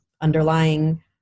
underlying